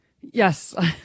Yes